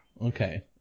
Okay